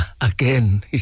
again